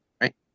right